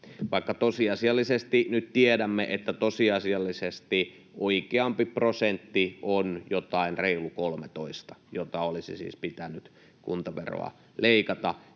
12,64. Tosiasiallisesti nyt tiedämme, että oikeampi prosentti on jotain reilu 13, jonka verran olisi siis pitänyt kuntaveroa leikata,